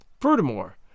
Furthermore